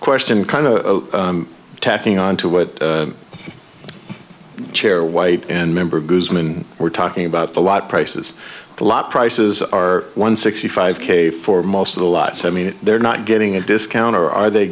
question kind of tacking on to what chair white and member guzman were talking about a lot prices a lot prices are one sixty five k for most of the lots i mean they're not getting a discount or are they